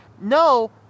no